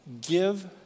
give